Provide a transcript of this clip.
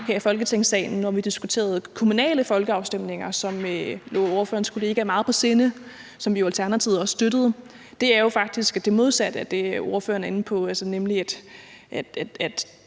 her i Folketingssalen, hvor vi diskuterede kommunale folkeafstemninger, som lå ordførerens kollega meget på sinde, og som vi jo i Alternativet også støttede. Det er jo faktisk det modsatte af det, ordføreren er inde på, nemlig at